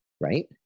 right